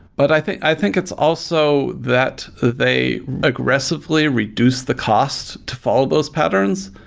but i think i think it's also that they aggressively reduce the cost to follow those patterns,